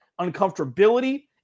Uncomfortability